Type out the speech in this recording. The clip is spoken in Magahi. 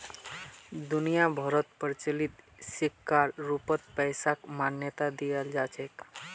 दुनिया भरोत प्रचलित सिक्कर रूपत पैसाक मान्यता दयाल जा छेक